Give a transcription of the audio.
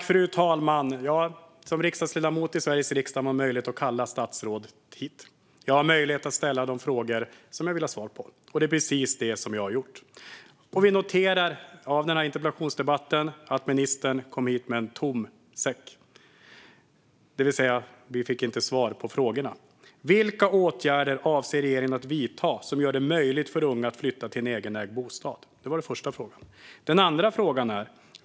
Fru talman! Jag har som ledamot i Sveriges riksdag möjlighet att kalla hit statsråd. Jag har möjlighet att ställa de frågor som jag vill ha svar på, och det är precis vad jag har gjort. Vi noterar av interpellationsdebatten att ministern kom hit med en tom säck, det vill säga att vi inte fick svar på frågorna. Vilka åtgärder avser regeringen att vidta som gör det möjligt för unga att flytta till en egenägd bostad?